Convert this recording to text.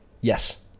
Yes